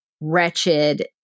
wretched